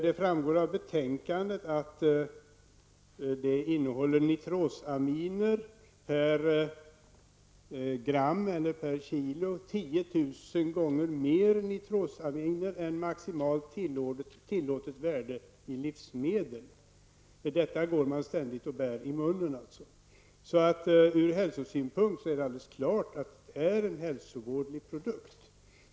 Det framgår av betänkandet att det per gram eller kilo innehåller 10 000 gånger mer nitrosaminer än maximalt tillåtet värde för livsmedel. Detta går man ständigt och bär i munnen. Ur hälsosynpunkt är det alldeles klart att snus är en hälsovådlig produkt.